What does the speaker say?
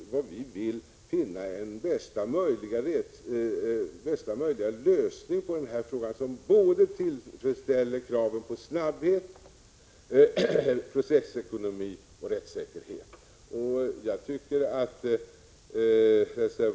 Vi vill finna bästa möjliga lösning på denna fråga, en lösning som Prot. 1986/87:130 tillfredsställer krav på såväl snabbhet och processekonomi som rättssä 25 maj 1987 kerhet.